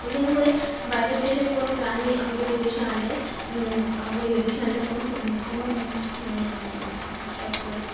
ওই জন্য করে বাইরের দেশের কোনো প্রাণী আমাদের এদশে আনলে আমাদের এদশে আনলে কোনো কোনো সব